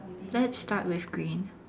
let's start with green